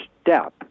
step